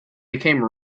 became